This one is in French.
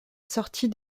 sortie